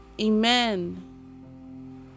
amen